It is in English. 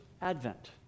advent